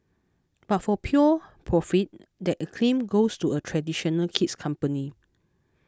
but for pure profit that acclaim goes to a traditional kid's company